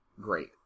great